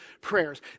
prayers